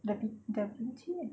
the davichi kan